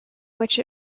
which